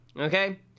okay